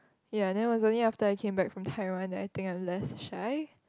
ya then was only after I came back from Taiwan then I think I'm less shy